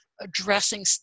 addressing